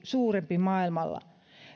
suurempi maailmalla